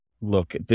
look